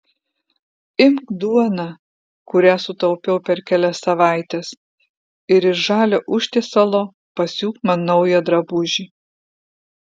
imk duoną kurią sutaupiau per kelias savaites ir iš žalio užtiesalo pasiūk man naują drabužį